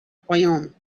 fayoum